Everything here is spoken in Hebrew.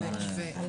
להערה